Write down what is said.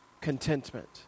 contentment